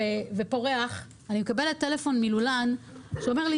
שפורח היום אני מקבלת טלפון מלולן שאומר לי,